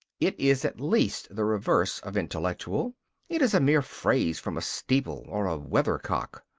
it is at least the reverse of intellectual it is a mere phrase from a steeple or a weathercock.